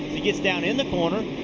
he gets down in the corner,